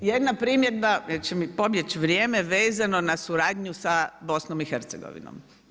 Jedna primjedba jer će mi pobjeći vrijeme, vezano na suradnju sa BiH-om.